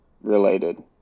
related